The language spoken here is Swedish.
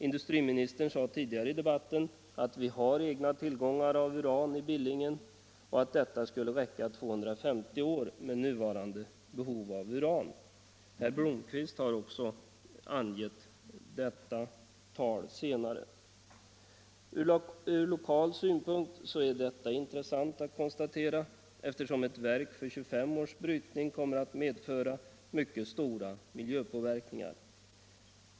Industriministern sade tidigare i debatten att vi har egna tillgångar av uran i Billingen och att dessa skulle räcka i 250 år med nuvarande behov av uran. Herr Blomkvist har också angivit detta tal. Ur lokal synpunkt är detta ett intressant konstaterande, eftersom ett verk för 25 års brytning kommer att medföra mycket stora miljöpåverkningar.